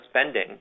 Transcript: spending